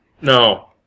No